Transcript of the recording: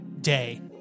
day